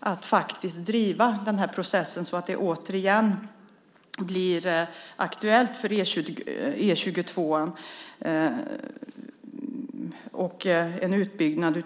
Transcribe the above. att faktiskt driva den här processen så att det återigen blir aktuellt med E 22:an och en utbyggnad.